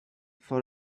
for